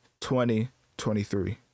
2023